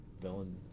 villain